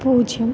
പൂജ്യം